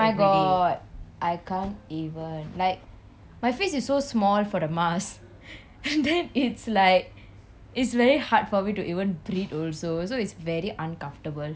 my god I can't even like my face is so small for the mask and then it's like it's very hard for me to even breathe also so it's very uncomfortable